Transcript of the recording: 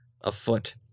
afoot